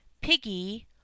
Piggy